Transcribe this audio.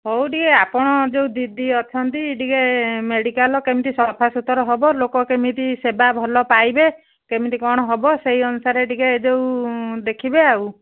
ହଉ ଟିକେ ଆପଣ ଯେଉଁ ଦିଦି ଅଛନ୍ତି ଟିକିଏ ମେଡ଼ିକାଲ୍ କେମିତି ସଫାସୁତର ହେବ ଲୋକ କେମିତି ସେବା ଭଲ ପାଇବେ କେମିତି କ'ଣ ହବ ସେଇ ଅନୁସାରେ ଟିକିଏ ଯେଉଁ ଦେଖିବେ ଆଉ